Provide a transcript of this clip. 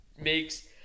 makes